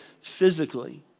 physically